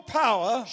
power